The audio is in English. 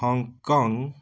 Hong Kong